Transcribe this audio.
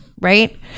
right